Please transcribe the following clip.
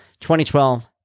2012